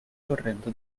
correndo